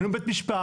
היינו בבית משפט,